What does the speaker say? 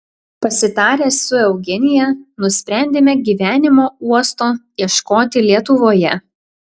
pasitarę su eugenija nusprendėme gyvenimo uosto ieškoti lietuvoje